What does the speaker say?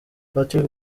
patrick